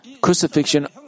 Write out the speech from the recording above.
Crucifixion